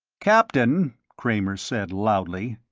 captain, kramer said loudly.